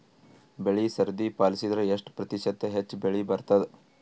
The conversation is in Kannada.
ಬೆಳಿ ಸರದಿ ಪಾಲಸಿದರ ಎಷ್ಟ ಪ್ರತಿಶತ ಹೆಚ್ಚ ಬೆಳಿ ಬರತದ?